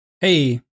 Hey